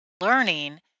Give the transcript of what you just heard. learning